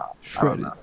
Shredded